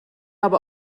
aber